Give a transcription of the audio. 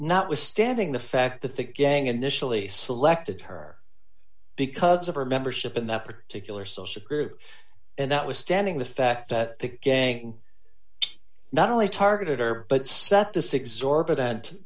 not withstanding the fact that the gang initially selected her because of her membership in that particular social group and that was standing the fact that the gang not only targeted her but set this exorbitant